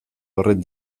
horren